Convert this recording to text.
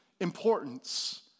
importance